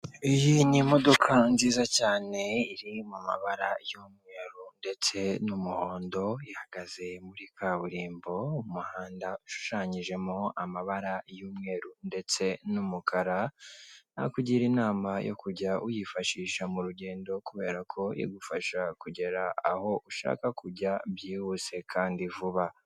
Iyi ni imodoka nziza cyane iri mu mabara y'umweru ndetse n'umuhondo, ihagaze muri kaburimbo umuhanda ushushanyijemo amabara y'umweru ndetse n'umukara, nakugira inama yo kujya uyifashisha mu rugendo kubera ko igufasha kugera aho ushaka kujya byihuse kandi vuba.